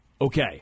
okay